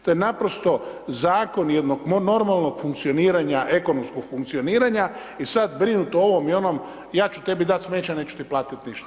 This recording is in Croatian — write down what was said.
To je naprosto zakon jednog normalnog funkcioniranja, ekonomskog funkcioniranja, i sad brinut o ovom, i onom, ja ću tebi dat smeće, neću ti platit ništa.